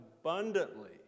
abundantly